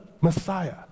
Messiah